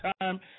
time